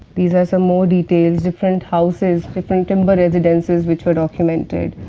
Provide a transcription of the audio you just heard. these are some more details different houses different timber residences, which were documented,